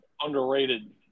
underrated